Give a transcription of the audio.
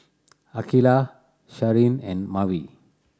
Akeelah Sharen and Maeve